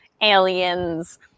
aliens